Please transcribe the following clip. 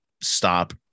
stop